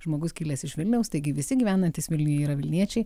žmogus kilęs iš vilniaus taigi visi gyvenantys vilniuje yra vilniečiai